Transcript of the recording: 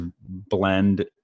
blend